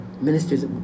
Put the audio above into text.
ministers